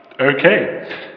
Okay